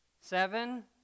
Seven